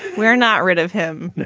we're not rid of him.